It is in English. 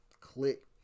Click